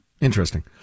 Interesting